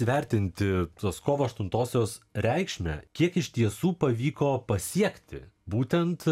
įvertinti tuos kovo aštuntosios reikšmę kiek iš tiesų pavyko pasiekti būtent